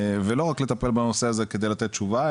ולא רק לטפל בנושא הזה כדי לתת תשובה,